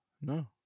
No